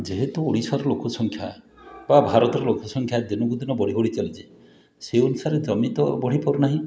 ଯେହେତୁ ଓଡ଼ିଶାର ଲୋକ ସଂଖ୍ୟା ବା ଭାରତର ଲୋକ ସଂଖ୍ୟା ଦିନକୁ ଦିନ ବଢ଼ି ବଢ଼ି ଚାଲିଛି ସେଇ ଅନୁସାରେ ଜମି ତ ବଢ଼ି ପାରୁନାହିଁ